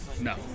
No